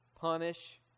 punish